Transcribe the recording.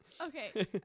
Okay